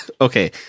okay